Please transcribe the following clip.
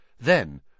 Then